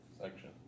Section